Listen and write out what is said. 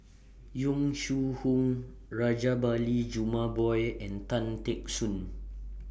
Yong Shu Hoong Rajabali Jumabhoy and Tan Teck Soon